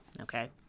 Okay